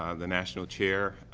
ah the national chair,